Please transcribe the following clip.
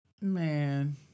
Man